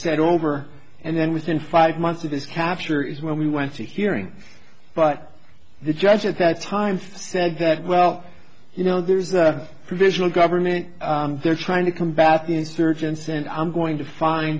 said over and then within five months of this capture is when we went to hearings but the judge at that time said that well you know there's a provisional government they're trying to combat insurgents and i'm going to find